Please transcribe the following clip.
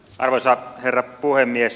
arvoisa herra puhemies